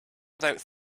without